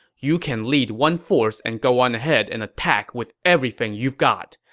you can lead one force and go on ahead and attack with everything you've got.